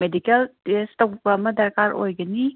medical test ꯇꯧꯕ ꯑꯃ ꯗꯔꯀꯥꯔ ꯑꯣꯏꯒꯅꯤ